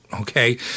Okay